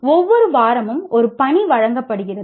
ஒவ்வொரு வாரமும் ஒரு பணி வழங்கப்படுகிறது